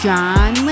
John